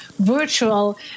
virtual